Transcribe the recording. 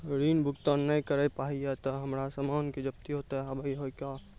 ऋण भुगतान ना करऽ पहिए तह हमर समान के जब्ती होता हाव हई का?